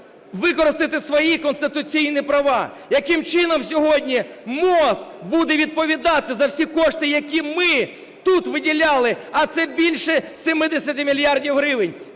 використати свої конституційні права? Яким чином сьогодні МОЗ буде відповідати за всі кошти, які ми тут виділяли, а це більше 70 мільярдів гривень?